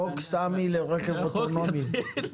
חוק סמי לרכב אוטונומי.